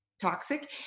toxic